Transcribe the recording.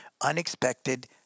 unexpected